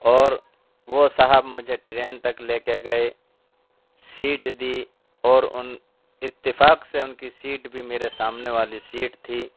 اور وہ صاحب مجھے ٹرین تک لے کے گئے سیٹ دی اور ان اتفاق سے ان کی سیٹ بھی میرے سامنے والی سیٹ تھی